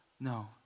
No